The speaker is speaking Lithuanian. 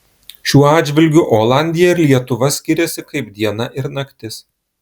šiuo atžvilgiu olandija ir lietuva skiriasi kaip diena ir naktis